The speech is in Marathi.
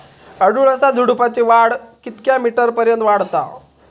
अडुळसा झुडूपाची वाढ कितक्या मीटर पर्यंत वाढता?